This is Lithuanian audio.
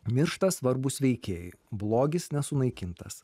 miršta svarbūs veikėjai blogis nesunaikintas